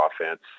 offense